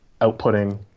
outputting